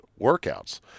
workouts